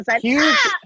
huge